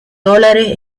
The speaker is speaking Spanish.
dólares